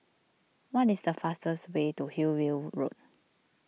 what is the fastest way to Hillview Road